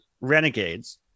renegades